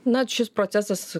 na šis procesas